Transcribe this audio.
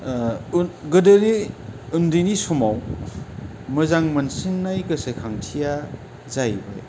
गोदोनि उन्दैनि समाव मोजां मोनसिन्नाय गोसोखांथिया जाहैबाय